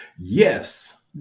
Yes